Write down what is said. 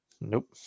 nope